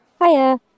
Hiya